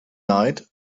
night